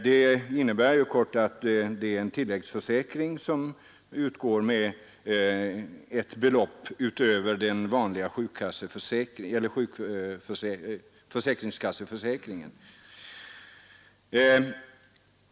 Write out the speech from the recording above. AGS innebär i korthet att det är en tilläggsförsäkring utöver den vanliga sjukförsäkringen.